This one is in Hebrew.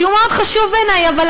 שהוא מאוד חשוב בעיני,